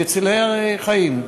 מצילי חיים.